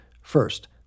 First